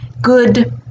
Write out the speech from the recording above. Good